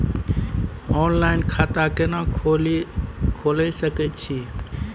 Online खाता केना खोले सकै छी?